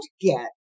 get